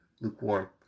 lukewarm